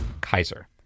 Kaiser